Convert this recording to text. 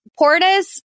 Portis